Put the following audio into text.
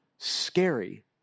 scary